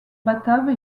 batave